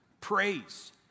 praise